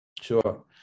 Sure